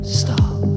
stop